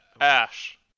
Ash